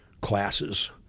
classes